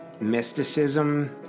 mysticism